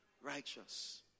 righteous